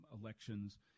elections